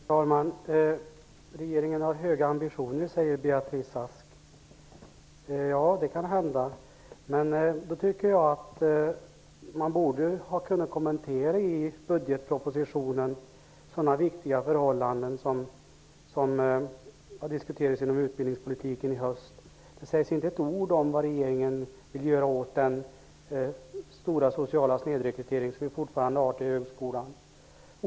Fru talman! Regeringen har höga ambitioner, säger Beatrice Ask. Ja, det kan hända, men jag tycker att man i så fall i budgetpropositionen hade kunnat kommentera sådana viktiga förhållanden som har diskuterats inom utbildningspolitiken under hösten. Det sägs där inte ett ord om vad regeringen vill göra åt den stora sociala snedrekrytering till högskolan som fortfarande är ett faktum.